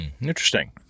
Interesting